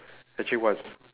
actually what is